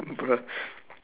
bruh